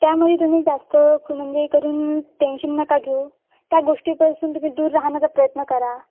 त्यामध्ये तुम्ही जास्त खू म्हणजे करून टेन्शन नका घेऊ त्या गोष्टीपासून तुम्ही दूर राहण्याचा प्रयत्न करा